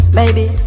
Baby